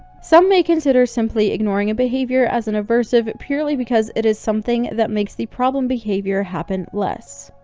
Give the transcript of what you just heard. some may consider simply ignoring a behavior as an aversive purely because it is something that makes the problem behavior happen less.